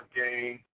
game